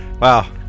Wow